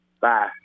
Bye